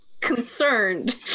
concerned